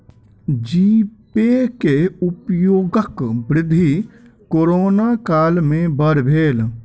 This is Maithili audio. जी पे के उपयोगक वृद्धि कोरोना काल में बड़ भेल